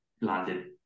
landed